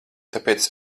tāpēc